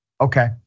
Okay